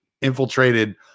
infiltrated